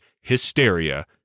Hysteria